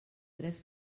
tres